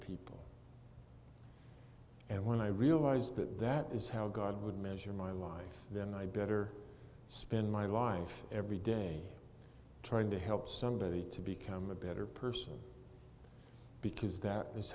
people and when i realize that that is how god would measure my life then i'd better spend my life every day trying to help somebody to become a better person because that is